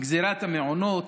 גזרת המעונות,